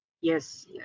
Yes